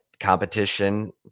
Competition